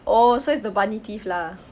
oh so it's the bunny teeth lah